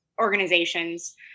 organizations